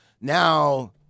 now